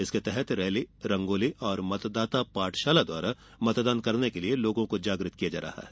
इसके तहत रैली रंगोली मतदाता पाठशाला द्वारा मतदान करने के लिए लोगों को जागृत किया जा रहा है